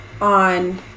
on